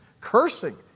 Cursing